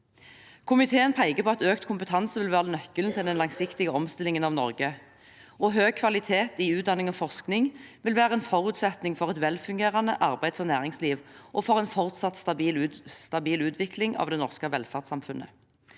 Komiteen peker på at økt kompetanse vil være nøkkelen til den langsiktige omstillingen av Norge. Høy kvalitet i utdanning og forskning vil være en forutsetning for et velfungerende arbeids- og næringsliv og for en fortsatt stabil utvikling av det norske velferdssamfunnet.